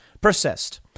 persist